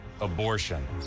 abortion